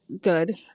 good